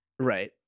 right